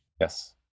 Yes